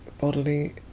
bodily